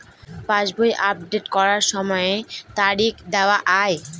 পাসবই update করার সময়ে তারিখ দেখা য়ায়?